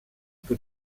que